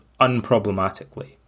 unproblematically